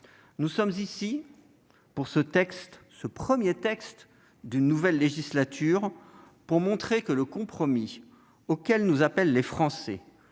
Nous sommes ici, sur ce premier texte d'une nouvelle législature, pour montrer que le compromis auquel nous appellent les Français